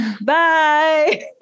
Bye